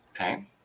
Okay